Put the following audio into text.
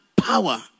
Power